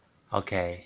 okay